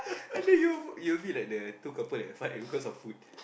I dare you you a bit like the two couple that fight because of food